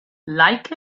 like